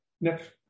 next